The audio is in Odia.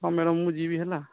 ହଁ ମ୍ୟାଡ଼ାମ୍ ମୁଁ ଯିବି ହେଲା